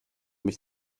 mich